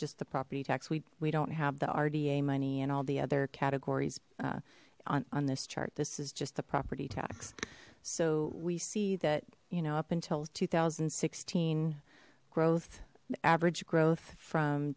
just the property tax we we don't have the rda money and all the other categories on this chart this is just the property tax so we see that you know up until two thousand and sixteen growth average growth from